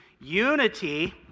Unity